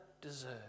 deserve